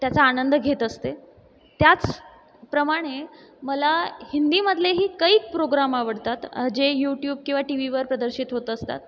त्याचा आनंद घेत असते त्याचप्रमाणे मला हिंदीमधलेही कैक प्रोग्राम आवडतात जे यूट्युब किंवा टी वीवर प्रदर्शित होत असतात